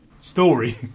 story